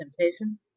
temptation